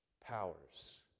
powers